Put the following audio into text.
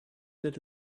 that